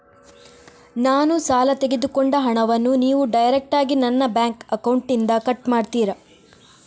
ನಾನು ಸಾಲ ತೆಗೆದುಕೊಂಡ ಹಣವನ್ನು ನೀವು ಡೈರೆಕ್ಟಾಗಿ ನನ್ನ ಬ್ಯಾಂಕ್ ಅಕೌಂಟ್ ಇಂದ ಕಟ್ ಮಾಡ್ತೀರಾ?